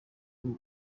imwe